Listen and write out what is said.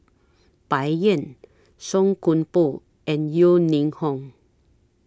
Bai Yan Song Koon Poh and Yeo Ning Hong